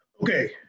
Okay